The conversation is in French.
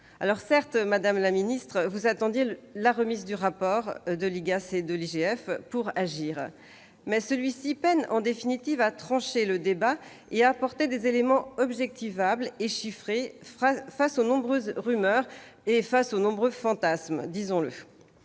Certes, madame la secrétaire d'État, vous attendiez la remise du rapport de l'IGAS et de l'IGF pour agir. Mais celui-ci peine, en définitive, à trancher le débat et à apporter des éléments objectivables et chiffrés face aux nombreuses rumeurs et fantasmes. La mission